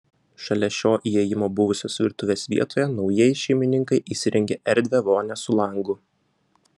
šalia šio įėjimo buvusios virtuvės vietoje naujieji šeimininkai įsirengė erdvią vonią su langu